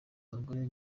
abagore